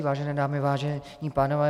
Vážené dámy, vážení pánové.